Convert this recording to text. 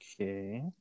Okay